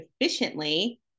efficiently